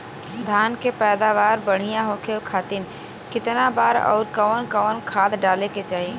धान के पैदावार बढ़िया होखे खाती कितना बार अउर कवन कवन खाद डाले के चाही?